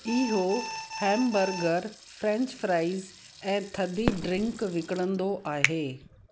इहो hamburger French fries ऐं थधी ड्रिंक विकिणंदो आहे